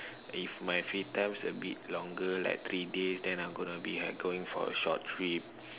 if my free times a bit longer like three days then I gonna be going for a short trip